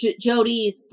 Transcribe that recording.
Jody